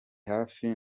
hafi